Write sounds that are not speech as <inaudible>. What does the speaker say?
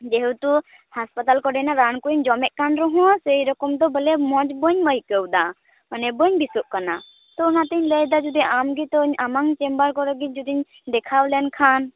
ᱡᱮᱦᱮᱛᱩ ᱦᱟᱥᱯᱟᱛᱟᱞ ᱠᱚᱨᱮᱱᱟᱜ ᱨᱟᱱᱠᱩᱧ ᱡᱚᱢᱮᱜ ᱠᱟᱱ ᱨᱮᱦᱚᱸ ᱥᱮᱭᱨᱚᱠᱚᱢ ᱫᱚ ᱵᱚᱞᱮ ᱢᱚᱡᱽ ᱵᱟᱹᱧ ᱟᱹᱠᱟᱹᱣᱮᱫᱟ ᱢᱟᱱᱮ ᱵᱟᱹᱧ ᱵᱮᱥᱚᱜ ᱠᱟᱱᱟ ᱛᱚ ᱚᱱᱟᱛᱮᱧ ᱞᱟᱹᱭᱮᱫᱟ ᱡᱩᱫᱤ ᱟᱢ <unintelligible> ᱟᱢᱟᱝ ᱪᱮᱢᱵᱟᱨ ᱠᱚᱨᱮᱜᱮ ᱡᱚᱫᱤᱧ ᱫᱮᱠᱷᱟᱣ ᱞᱮᱱᱠᱷᱟᱱ